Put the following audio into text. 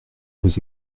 vos